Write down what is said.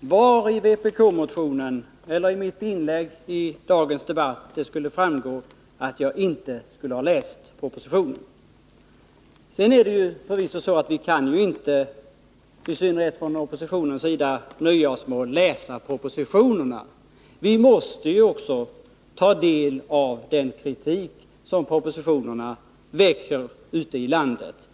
var i vpk-motionen eller i mitt inlägg i dagens debatt det skulle framgå att jag inte skulle ha läst propositionen? Sedan är det förvisso så att vi inte kan, i synnerhet från oppositionens sida, nöja oss med att läsa propositionerna. Vi måste också ta del av den kritik som propositionerna väcker ute i landet.